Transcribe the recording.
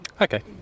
Okay